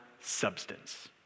substance